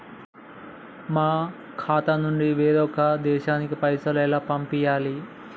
మా ఖాతా నుంచి వేరొక దేశానికి పైసలు ఎలా పంపియ్యాలి?